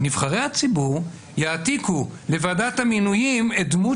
נבחרי הציבור יעתיקו לוועדת המינויים את דמות